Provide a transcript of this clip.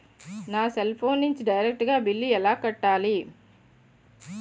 నా cell phone నుంచి direct గా బిల్లు ఎలా కట్టాలి?